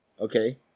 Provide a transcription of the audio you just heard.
Okay